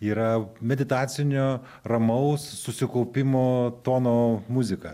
yra meditacinio ramaus susikaupimo tono muzika